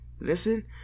listen